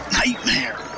nightmare